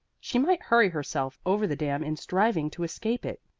she might hurry herself over the dam in striving to escape it!